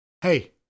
Hey